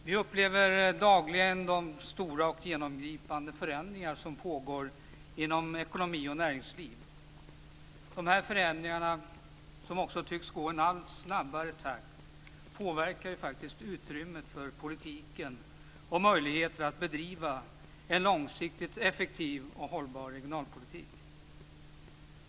Fru talman! Vi upplever dagligen de stora och genomgripande förändringar som pågår inom ekonomi och näringsliv. De här förändringarna, som också tycks gå i en allt snabbare takt, påverkar faktiskt utrymmet för politiken och möjligheterna att bedriva en långsiktigt effektiv och hållbar regionalpolitik.